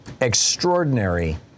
extraordinary